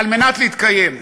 על מנת להתקיים.